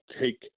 take